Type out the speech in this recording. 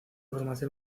formación